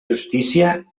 justícia